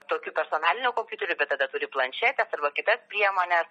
tokių personalinio kompiuterio bet tada turi planšetę arba kitas priemones